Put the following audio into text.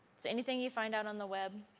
so anything you find out on the web,